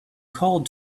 called